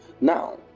Now